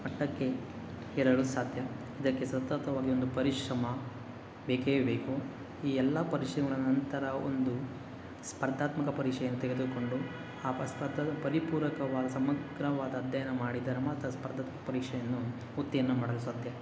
ಮಟ್ಟಕ್ಕೆ ಏರಲು ಸಾಧ್ಯ ಇದಕ್ಕೆ ಸತತವಾಗಿ ಒಂದು ಪರಿಶ್ರಮ ಬೇಕೇ ಬೇಕು ಈ ಎಲ್ಲ ಪರಿಶ್ರಮಗಳು ನಂತರ ಒಂದು ಸ್ಪರ್ಧಾತ್ಮಕ ಪರೀಕ್ಷೆಯನ್ನು ತೆಗೆದುಕೊಂಡು ಆ ಪರಿಪೂರಕವಾದ ಸಮಗ್ರವಾದ ಅಧ್ಯಯನ ಮಾಡಿದರೆ ಮಾತ್ರ ಸ್ಪರ್ಧಾತ್ಮಕ ಪರೀಕ್ಷೆಯನ್ನು ಉತ್ತೀರ್ಣ ಮಾಡಲು ಸಾಧ್ಯ